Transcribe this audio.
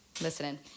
listening